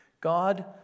God